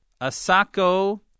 Asako